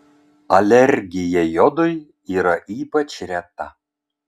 alergija jodui yra ypač reta